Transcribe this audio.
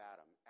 Adam